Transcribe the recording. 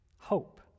hope